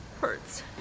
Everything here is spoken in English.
hurts